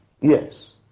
Yes